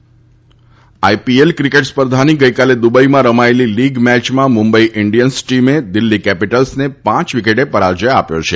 IPL IPL cricket સ્પર્ધાની ગઇકાલે દુબઇમાં રમાયેલી લીગ મેયમાં મુંબઇ ઇન્જિયન્સ ટીમે દિલ્ફી કેપીટલ્સને પાંચ વિકેટે પરાજય આપ્યો છે